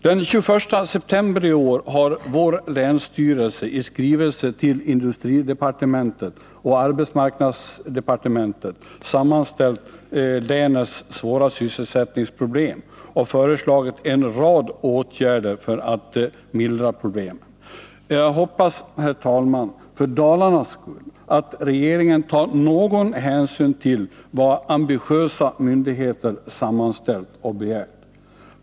Den 21 september i år har vår länsstyrelse i skrivelser till industridepar tementet och arbetsmarknadsdepartementet sammanställt länets svåra sysselsättningsproblem och föreslagit en rad åtgärder för att mildra problemen. Jag hoppas, herr talman, för Dalarnas skull att regeringen tar någon hänsyn till vad ambitiösa myndigheter sammanställt och begärt!